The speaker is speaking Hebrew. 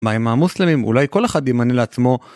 מה עם המוסלמים? אולי כל אחד יימנה לעצמו.